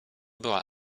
była